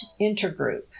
Intergroup